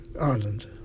Ireland